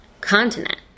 continent